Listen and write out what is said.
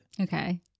Okay